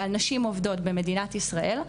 ועל נשים עובדות במדינת ישראל,